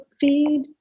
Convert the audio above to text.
feed